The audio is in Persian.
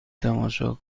تماشا